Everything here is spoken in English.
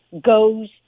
goes